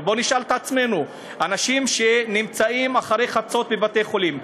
אבל בואו נשאל את עצמנו: אנשים שנמצאים אחרי חצות בבתי-חולים,